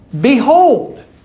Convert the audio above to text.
Behold